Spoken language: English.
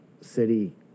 city